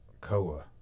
koa